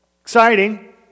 Exciting